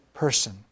person